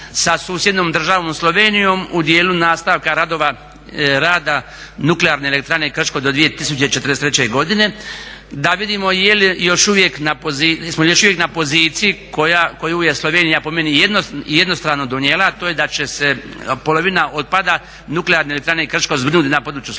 sa susjednom državom Slovenijom u dijelu nastavka rada Nuklearne elektrane Krško do 2043. godine, da vidimo jesmo li još uvijek na poziciji koju je Slovenija po meni jednostrano donijela, a to je da će se polovina otpada Nuklearne elektrane Krško zbrinuti na području Slovenije,